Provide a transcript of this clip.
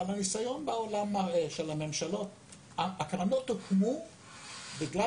אבל הניסיון בעולם מראה שהקרנות הוקמו בגלל